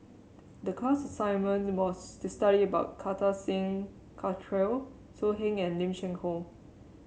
the class assignment was to study about Kartar Singh Thakral So Heng and Lim Cheng Hoe